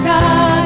God